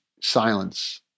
silence